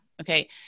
Okay